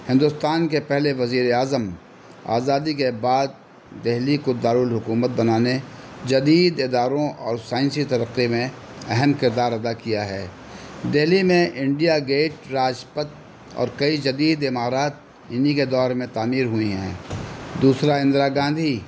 ہندوستان کے پہلے وزیر اعظم آزادی کے بعد دہلی کو دارالحکومت بنانے جدید اداروں اور سائنسی ترقی میں اہم کردار ادا کیا ہے دہلی میں انڈیا گیٹ راجپتھ اور کئی جدید عمارات انہی کے دور میں تعمیر ہوئی ہیں دوسرا اندرا گاندھی